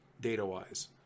data-wise